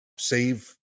save